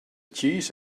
cheese